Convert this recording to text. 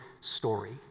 story